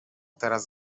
teraz